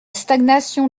stagnation